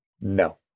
No